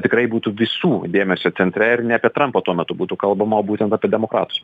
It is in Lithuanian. tikrai būtų visų dėmesio centre ir ne apie trampą tuo metu būtų kalbama o būtent apie demokratus